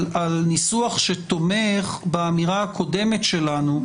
מדובר על ניסוח שתומך באמירה הקודמת שלנו,